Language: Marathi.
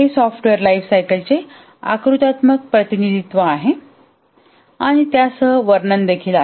हे सॉफ्टवेअर लाइफ सायकलचे आकृत्यात्मक प्रतिनिधित्व आहे आणि त्यासह वर्णन देखील आहे